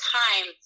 time